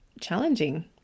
challenging